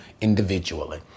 individually